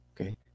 Okay